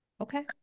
okay